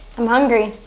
i'm hungry.